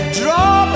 draw